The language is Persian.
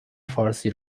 فارسی